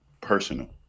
personal